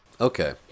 Okay